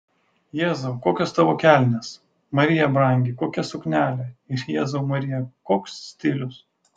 jėzau kokios tavo kelnės marija brangi kokia suknelė ir jėzau marija koks stilius